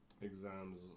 exams